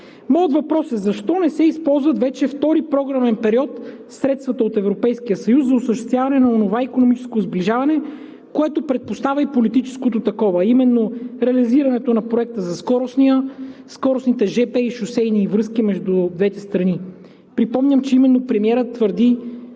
Моят въпрос е: защо не се използват вече втори програмен период средствата от Европейския съюз за сближаване, което предпоставя и политическото такова, а именно реализирането на Проекта за скоростните жп и шосейни връзки между двете страни? Припомням, че именно премиерът твърди,